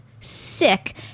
sick